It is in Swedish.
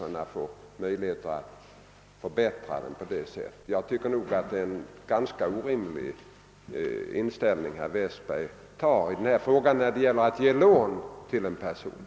Den inställning som herr Westberg har när det gäller att ge lån till en person är enligt min mening ganska orimlig.